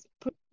put